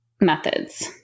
methods